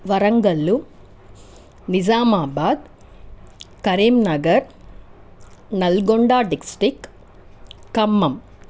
Warangal Nizamabad Karimnagar Nalgonda district Khammam